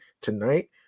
tonight